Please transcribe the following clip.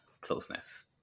closeness